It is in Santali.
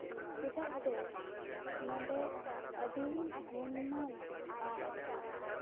ᱪᱮᱫᱟᱜ ᱥᱮ ᱱᱚᱸᱰᱮ ᱟᱹᱰᱤ ᱜᱩᱱᱢᱟᱱ ᱟᱨ